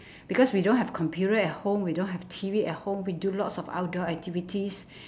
because we don't have computer at home we don't have T_V at home we do lots of outdoor activities